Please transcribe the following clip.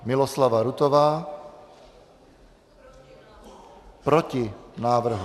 Miloslava Rutová: Proti návrhu.